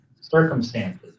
circumstances